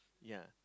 ya